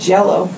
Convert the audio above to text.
Jello